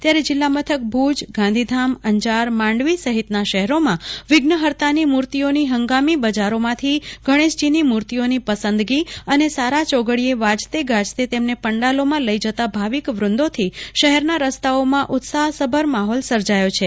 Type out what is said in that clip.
ત્યારે જીલ્લામથક ભુજ ગાંધીધામ અંજાર માંડવી સહિતના શહેરોમાં વિઘ્નફર્તાની મૂ ર્તિઓની હંગામી બજારોમાંથી ગણેશજીની મૂ ર્તિઓની પસંદગી અને સારા ચોઘડિયે વાજતે ગાજતે તેમને પંડાલોમાં લઇ જતા ભાવિક વૃંદો થી શહેરના રસ્તાઓમાં ઉત્સાહ્સભર માહોલ સર્જાયો છે